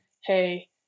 Hey